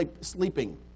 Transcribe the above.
sleeping